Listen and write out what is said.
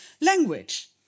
language